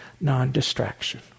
non-distraction